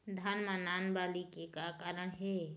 धान म नान बाली के का कारण हे?